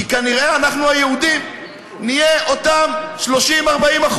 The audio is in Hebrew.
כי כנראה אנחנו היהודים נהיה אותם 40%-30%.